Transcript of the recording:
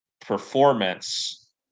performance